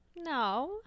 No